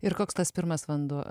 ir koks tas pirmas vanduo